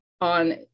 on